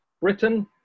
Britain